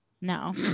no